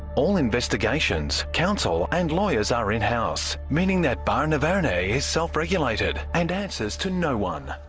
all investigations, councils and lawyers are in-house, meaning that barnevernet is self regulated, and answers to no one.